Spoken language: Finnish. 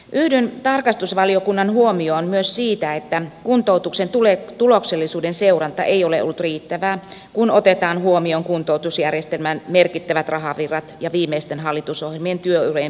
yhdyn tarkastusvaliokunnan huomioon myös siitä että kuntoutuksen tuloksellisuuden seuranta ei ole ollut riittävää kun otetaan huomioon kuntoutusjärjestelmän merkittävät rahavirrat ja viimeisten hallitusohjelmien työurien pidentämistavoitteet